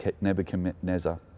Nebuchadnezzar